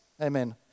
Amen